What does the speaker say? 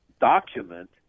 document